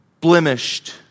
blemished